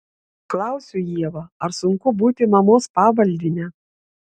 klausiu ievą ar sunku būti mamos pavaldine